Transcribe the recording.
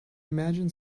imagine